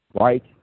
right